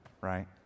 right